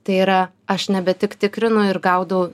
tai yra aš nebe tik tikrinu ir gaudau